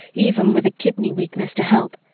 even with a kidney weakness to help.